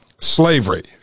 slavery